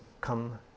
come